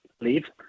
leave